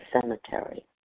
cemetery